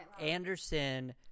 Anderson